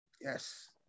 Yes